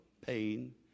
pain